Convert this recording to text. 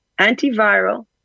antiviral